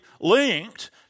linked